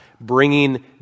bringing